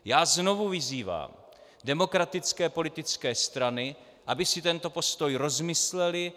Já znovu vyzývám demokratické politické strany, aby si tento postoj rozmyslely.